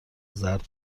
زرد